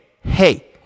hey